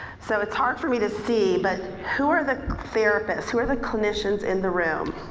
so it's hard for me to see but who are the therapists, who are the clinicians in the room?